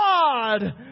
God